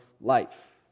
life